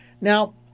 now